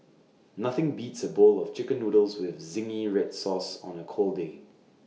nothing beats A bowl of Chicken Noodles with Zingy Red Sauce on A cold day